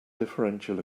differential